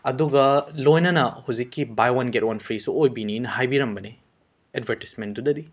ꯑꯗꯨꯒ ꯂꯣꯏꯅꯅ ꯍꯨꯖꯤꯛꯀꯤ ꯕꯥꯏ ꯋꯥꯟ ꯒꯦꯠ ꯋꯥꯟ ꯐ꯭ꯔꯤꯁꯨ ꯑꯣꯏꯕꯤꯅꯤꯅ ꯍꯥꯏꯕꯤꯔꯝꯕꯅꯤ ꯑꯦꯗꯕꯔꯇꯤꯁꯃꯦꯟꯇꯨꯗꯗꯤ